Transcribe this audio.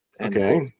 Okay